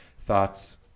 thoughts